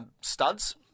studs